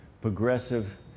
progressive